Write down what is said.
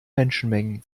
menschenmengen